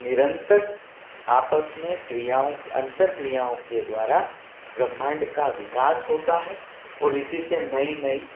निरन्तर आपस में क्रियाओं अन्तर्क्रियाओं के द्वारा ब्रह्माण्ड का विकास होता है और इसी से नई नई